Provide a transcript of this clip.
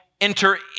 enter